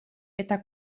eta